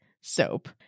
soap